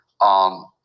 on